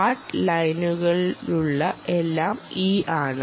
hard ലൈനിലുള്ള എല്ലാം E ആണ്